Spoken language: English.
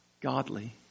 godly